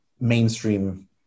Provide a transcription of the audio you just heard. mainstream